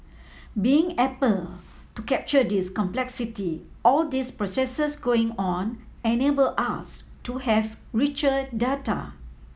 being able to capture this complexity all these processes going on enable us to have richer data